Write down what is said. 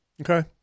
Okay